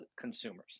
consumers